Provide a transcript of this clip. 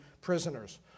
prisoners